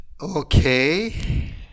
Okay